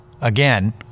again